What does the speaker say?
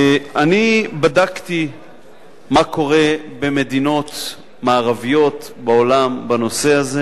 בדקתי מה קורה במדינות מערביות בעולם בנושא הזה.